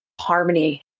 harmony